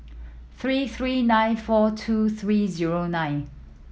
three three nine four two three zero nine